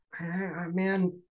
Man